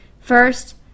First